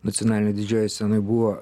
nacionalinėj didžiojoj scenoj buvo